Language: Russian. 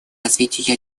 развитии